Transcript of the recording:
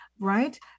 right